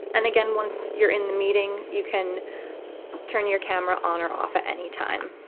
and again, once you're in the meeting, you can turn your camera on or off at any time.